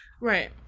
Right